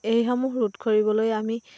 এইসমূহ ৰোধ কৰিবলৈ আমি